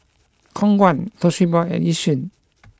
Khong Guan Toshiba and Yishion